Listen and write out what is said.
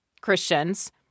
Christians